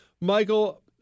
Michael